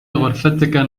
غرفتك